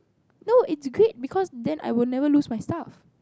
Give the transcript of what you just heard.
no it's great because then I will never lose my stuff